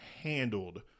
handled